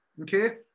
okay